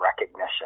recognition